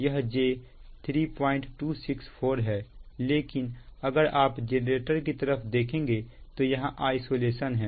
यह j3264 है लेकिन अगर आप जेनरेटर की तरफ देखेंगे तो यहां आइसोलेशन है